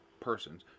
persons